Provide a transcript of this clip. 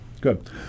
Good